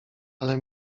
ale